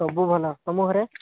ସବୁ ଭଲ ତମ ଘରେ